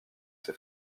ces